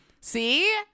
see